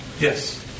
yes